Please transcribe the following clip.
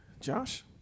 Josh